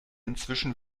inzwischen